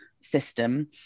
system